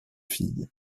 filles